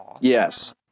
Yes